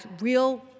real